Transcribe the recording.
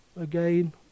again